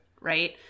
Right